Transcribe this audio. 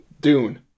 Dune